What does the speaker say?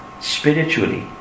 spiritually